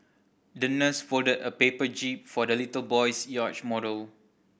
the nurse folded a paper jib for the little boy's yacht model